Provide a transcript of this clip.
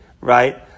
right